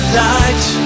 light